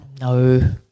no